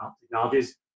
technologies